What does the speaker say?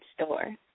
store